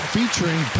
Featuring